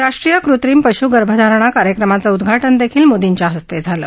राष्ट्रीय कृत्रिम पश् गर्भधारणा कार्यक्रमाचं उदघाटन दख्खील मोदींच्या हस्त झालं